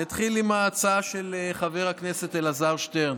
אני אתחיל עם ההצעה של חבר הכנסת אלעזר שטרן.